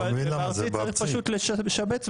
בארצי צריך פשוט לשבץ.